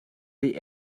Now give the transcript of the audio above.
die